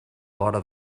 vora